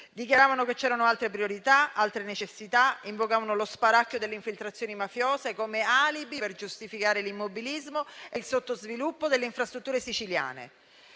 dichiaravano che c'erano altre priorità, altre necessità, invocavano lo spauracchio delle infiltrazioni mafiose come alibi per giustificare l'immobilismo e il sottosviluppo delle infrastrutture siciliane.